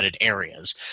areas